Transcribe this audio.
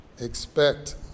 expect